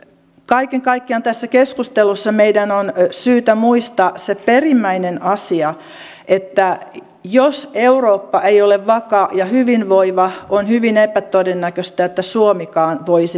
kaiken kaikkiaan tässä keskustelussa meidän on syytä muistaa se perimmäinen asia että jos eurooppa ei ole vakaa ja hyvinvoiva on hyvin epätodennäköistä että suomikaan voisi olla